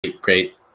Great